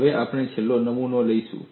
હવે આપણે છેલ્લો નમૂનો લઈશું